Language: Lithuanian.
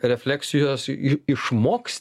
refleksijos i išmoksti